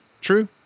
True